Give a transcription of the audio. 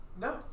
No